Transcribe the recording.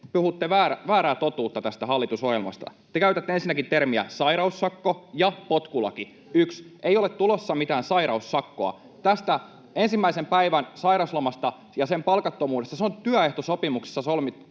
puhutte väärää totuutta tästä hallitusohjelmasta. Te käytätte ensinnäkin termejä ”sairaussakko” ja ”potkulaki”. [Pia Viitanen: Kyllä!] Ensinnäkin, ei ole tulossa mitään ”sairaussakkoa”. Tämä ensimmäisen päivän sairausloma ja sen palkattomuus on työehtosopimuksessa